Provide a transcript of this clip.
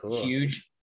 huge